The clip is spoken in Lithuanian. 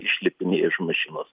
išlipinėja iš mašinos